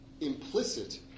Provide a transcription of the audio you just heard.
implicit